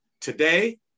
Today